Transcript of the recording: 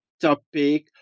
topic